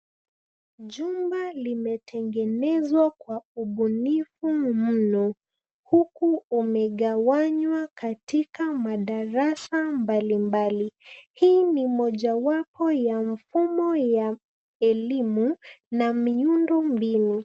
Jumba limetengenezwa kwa ubunifu mno huku umegawanywa katika madarasa mbalimbali. Hii ni mojawapo ya mfumo ya elimu na miundombinu.